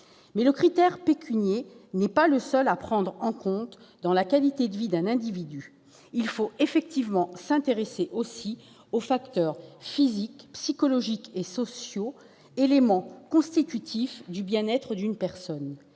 Le critère pécuniaire n'est toutefois pas le seul à prendre en compte dans l'estimation de la qualité de vie d'un individu. Il faut en effet s'intéresser aussi aux facteurs physiques, psychologiques et sociaux, éléments constitutifs du bien-être d'une personne